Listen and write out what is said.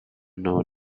know